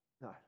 No